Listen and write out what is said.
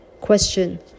Question